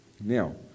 Now